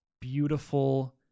beautiful